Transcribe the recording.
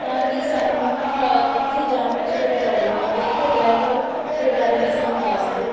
ਤਾਂ ਕਿ ਸਾਨੂੰ ਉੱਥ ਉੱਥੇ ਜਾਣ ਵਿੱਚ ਕੋਈ ਪ੍ਰੋਬਲਮ ਨਾ ਆਵੇ ਅਤੇ ਡਰਾਈਵਰ ਦੇ ਬਾਰੇ ਵੀ ਸਾਨੂੰ ਦੱਸ ਦਿਉ